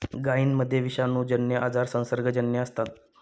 गायींमध्ये विषाणूजन्य आजार संसर्गजन्य असतात